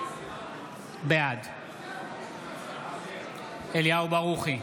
בעד אליהו ברוכי,